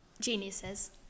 geniuses